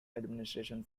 administration